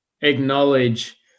acknowledge